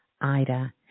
ida